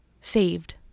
saved